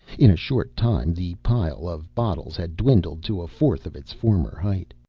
in a short time, the pile of bottles had dwindled to a fourth of its former height.